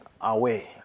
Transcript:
away